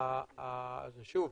שוב,